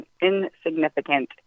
insignificant